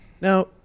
Now